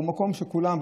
הוא מקום שכולם,